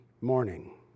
morning